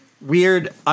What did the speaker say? weird